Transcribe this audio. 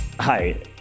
Hi